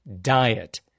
diet